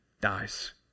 dies